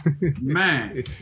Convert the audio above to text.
man